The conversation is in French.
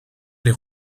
les